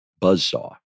Buzzsaw